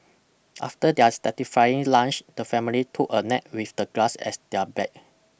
after their satisfying lunch the family took a nap with the grass as their bed